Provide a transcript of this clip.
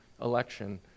election